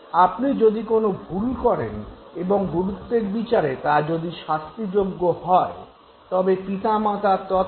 আপনি যদি কোনো ভুল করেন এবং গুরুত্বের বিচারে তা যদি শাস্তিযোগ্য হয় তবে পিতামাতা তৎক্ষণাৎ তিরস্কার করেন